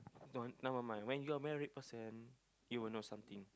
no never mind when you're married person you will know something